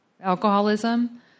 Alcoholism